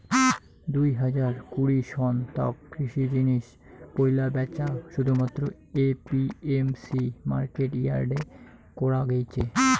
দুই হাজার কুড়ি সন তক কৃষি জিনিস পৈলা ব্যাচা শুধুমাত্র এ.পি.এম.সি মার্কেট ইয়ার্ডে করা গেইছে